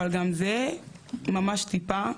אבל גם זה ממש טיפה,